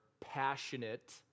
passionate